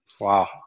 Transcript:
Wow